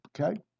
okay